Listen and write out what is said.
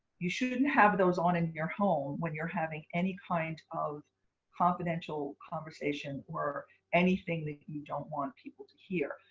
you shouldn't have those on in your home when you're having any kind of confidential conversation or anything that you don't want people to hear.